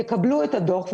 יקבלו את הדוח ויגידו,